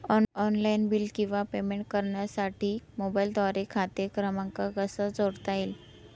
Online bill किंवा payment करण्यासाठी मोबाईलद्वारे खाते क्रमांक कसा जोडता येईल?